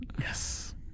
Yes